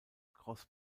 cross